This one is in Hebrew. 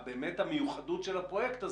שבהינתן המיוחדות של הפרויקט הזה,